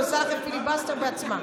היא עושה את הפיליבסטר בעצמה.